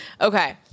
Okay